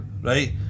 right